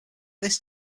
this